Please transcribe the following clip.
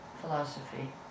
philosophy